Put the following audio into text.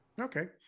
Okay